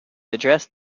address